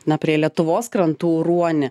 na prie lietuvos krantų ruonį